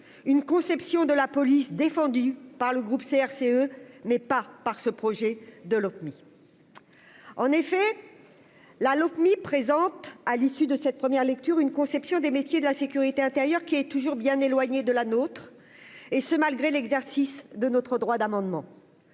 une conception de la police, défendue par le groupe CRCE mais pas par ce projet de l'autre mis en effet La Lopmi présente, à l'issue de cette première lecture, une conception des métiers de la sécurité intérieure, qui est toujours bien éloignée de la nôtre, et ce malgré l'exercice de notre droit d'amendement